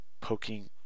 poking